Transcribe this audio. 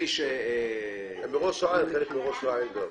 בעזרת השם,